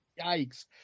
Yikes